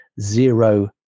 zero